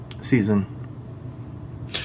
season